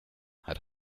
had